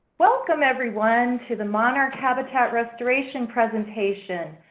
welcome, everyone, to the monarch habitat restoration presentation.